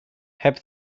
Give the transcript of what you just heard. heb